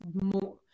more